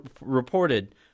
reported